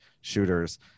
shooters